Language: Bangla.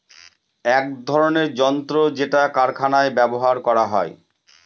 এক ধরনের যন্ত্র যেটা কারখানায় ব্যবহার করা হয়